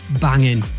banging